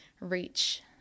reach